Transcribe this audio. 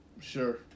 Sure